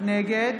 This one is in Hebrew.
נגד